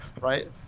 right